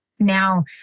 Now